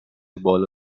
بالا